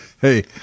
Hey